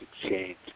exchange